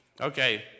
Okay